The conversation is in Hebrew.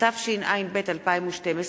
התשע"ב 2012,